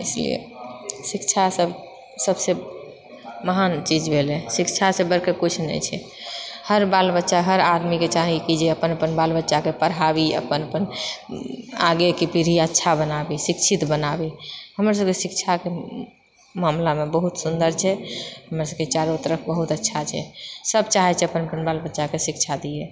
इसलिए शिक्षा सब सबसँ महान चीज भेलै शिक्षासँ बढ़कर किछु नहि छै हर बालबच्चा हर आदमीके चाहि कि जे अपन अपन बालबच्चाके पढ़ाबी अपन अपन आगेके पीढ़ी अच्छा बनाबि शिक्षित बनाबी हमरसबके शिक्षाके मामलामे बहुत सुन्दर छै हमरसबक चारु तरफ बहुत अच्छा छेै सब चाहेैत छै अपन अपन बालबच्चाके शिक्षा दिए